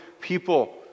people